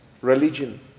religion